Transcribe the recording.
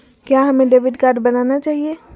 क्या हमें debit card बनाना चाहिए?